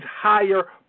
higher